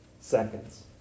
seconds